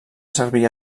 servir